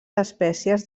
espècies